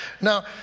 Now